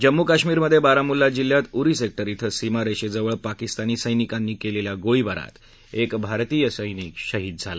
जम्मू काश्मीरमध्ये बारामुला जिल्ह्यात उरी सेक्टर क्वें सीमारेषेजवळ पाकिस्तानी सैनिकांनी केलेल्या गोळीबारात एक भारतीय सैनिक शहीद झाला